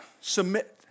Submit